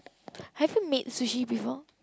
haven't made sushi before